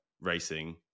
racing